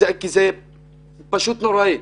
זה פשוט נוראי.